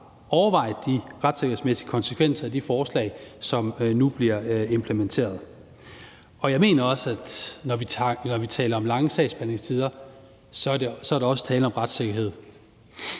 overvejet de retssikkerhedsmæssige konsekvenser af de forslag, som nu bliver implementeret. Jeg mener også, at der, når vi taler om lange sagsbehandlingstider, også er tale om retssikkerhed.